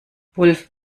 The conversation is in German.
wulff